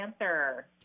answer